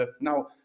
now